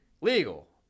Legal